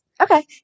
Okay